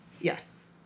Yes